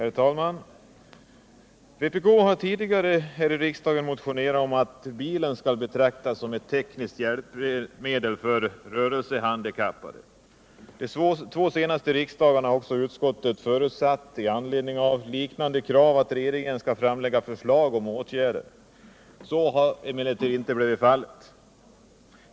Herr talman! Vpk har tidigare här i riksdagen motionerat om att bilen skall betraktas som ett tekniskt hjälpmedel för rörelsehandikappade. De två senaste riksdagarna har också utskottet i anledning av liknande krav förutsatt, alt regeringen skall framlägga förslag till åtgärder. Så har emellertid inte blivit fallet.